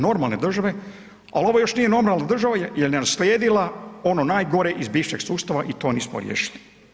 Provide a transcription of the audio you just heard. Normalne države, ali ovo još nije normalna država jer je naslijedila ono najgore iz bivšeg sustava i to nismo riješili.